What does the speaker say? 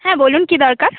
হ্যাঁ বলুন কী দরকার